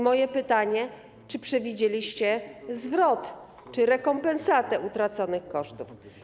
Moje pytanie: Czy przewidzieliście zwrot czy rekompensatę utraconych kosztów?